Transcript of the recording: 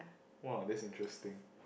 !wah! that's interesting